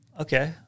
Okay